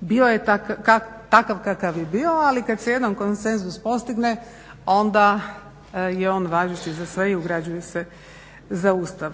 Bio je takav kakav je bio, ali kad se jednom konsenzus postigne onda je on važeći za sve i ugrađuje se za Ustav.